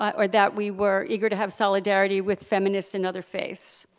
or that we were eager to have solidarity with feminists in other faiths.